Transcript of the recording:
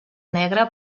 negre